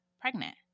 pregnant